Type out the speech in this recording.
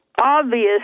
obvious